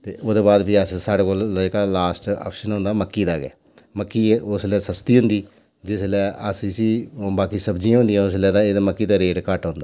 ते ओह्दे बाद भी अस साढ़े कोल जेह्का लास्ट आप्शन होंदा मक्की दा गै की जे एह् उसलै सस्ती होंदी जिसलै अस इसी बाकी सब्जियां होंदियां उसलै ते बाकी मक्की दा रेट घट्ट होंदा